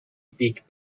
بیگ